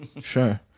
sure